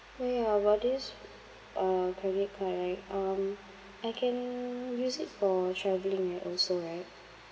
oh ya about this uh credit card right um I can use it for travelling right also right